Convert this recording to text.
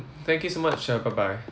thank you so much uh bye bye